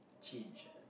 change